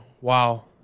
Wow